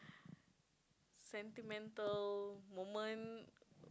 sentimental moment